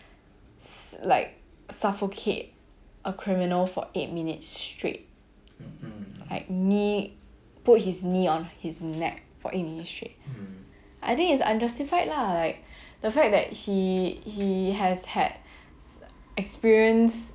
s~ like suffocate a criminal for eight minutes straight like put his knee on his neck for eight minutes straight I think is unjustified lah like the fact that he he has had experience